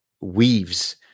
weaves